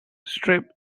strip